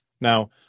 now